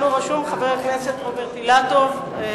לנו רשום חבר הכנסת רוברט אילטוב.